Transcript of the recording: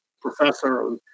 professor